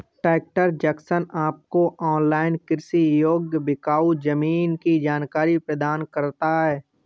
tractor Junction आपको online कृषि योग्य बिकाऊ जमीन की जानकारी प्रदान करता है